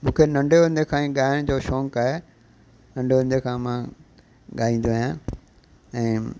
मूंखे नंढे हूंदे खां ई ॻाइण जो शौक़ु आहे नंढे हूंदे खां मां ॻाईंदो आहियां ऐं